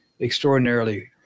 extraordinarily